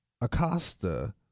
Acosta